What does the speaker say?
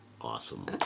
Awesome